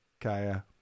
Kaya